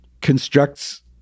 constructs